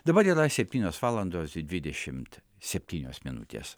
dabar yra septynios valandos dvidešimt septynios minutės